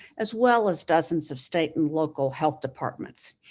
as well as dozens of state and local health departments.